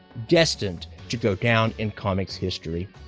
destined to go down in comics history.